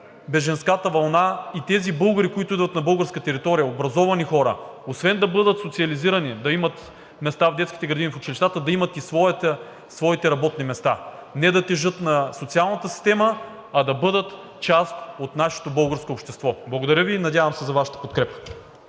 бежанската вълна. Тези българи, които идват на българска територия – образовани хора, освен да бъдат социализирани, да имат места в детските градини, училищата, да имат и своите работни места – не да тежат на социалната система, а да бъдат част от нашето българско общество. Благодаря Ви. Надявам се за Вашата подкрепа.